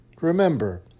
Remember